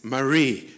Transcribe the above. Marie